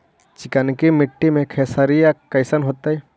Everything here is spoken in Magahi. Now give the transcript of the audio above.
चिकनकी मट्टी मे खेसारी कैसन होतै?